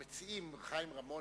המציעים חיים רמון